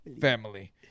family